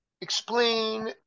explain